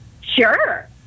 sure